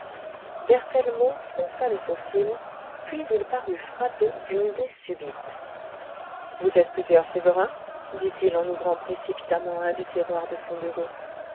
berthellemot fronça le sourcil puis il parut frappé d'une idée subite vous êtes plusieurs sévérin dit-il en ouvrant précipitamment un des tiroirs de son bureau